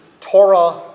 Torah